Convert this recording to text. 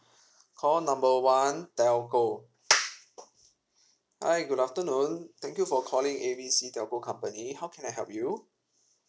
call number one telco hi good afternoon thank you for calling A B C telco company how can I help you